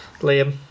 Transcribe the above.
Liam